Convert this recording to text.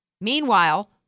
Meanwhile